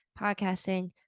podcasting